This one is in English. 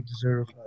deserve